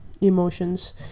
emotions